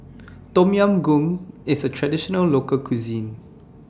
Tom Yam Goong IS A Traditional Local Cuisine